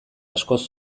askoz